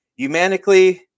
humanically